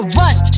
rush